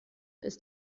ist